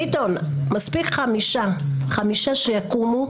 ביטון, מספיק חמישה שיקומו.